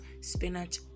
spinach